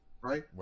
right